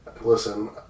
Listen